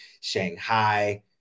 Shanghai